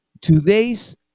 today's